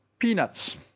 Peanuts